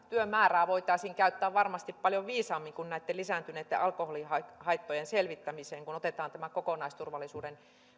työmäärää voitaisiin käyttää varmasti paljon viisaammin kuin lisääntyneitten alkoholihaittojen selvittämiseen kun otetaan tämä kokonaisturvallisuuden